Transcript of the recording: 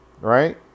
Right